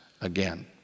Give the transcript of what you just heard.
again